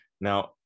Now